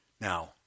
Now